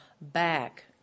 back